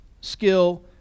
skill